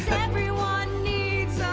everyone needs